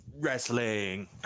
wrestling